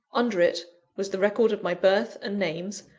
under it, was the record of my birth and names,